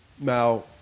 Now